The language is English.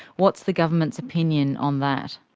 what's the government's opinion on that?